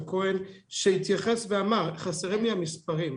שהתייחס ואמר שחסרים לו המספרים.